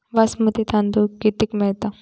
बासमती तांदूळ कितीक मिळता?